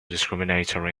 discriminatory